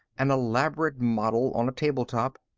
an elaborate model on a table top.